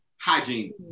hygiene